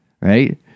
right